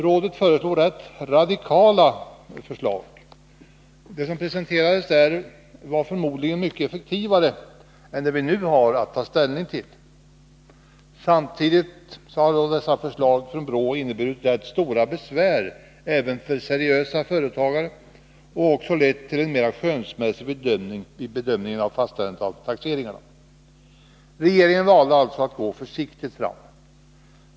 Rådet framlägger rätt radikala förslag, förmodligen mycket effektivare än dem som vi nu har att ta ställning till. Dessa förslag från BRÅ skulle dock ha inneburit rätt stora besvär för seriösa företagare och också lett till en mera skönsmässig bedömning vid fastställandet av taxeringarna. Regeringen valde därför att gå försiktigt fram.